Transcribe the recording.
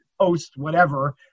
post-whatever